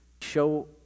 show